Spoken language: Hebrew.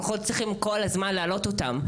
אנחנו לא צריכים כל הזמן להעלות אותם.